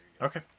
Okay